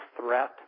threat